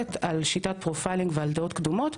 שמבוססת על שיטת פרופיילינג ועל דעות קדומות,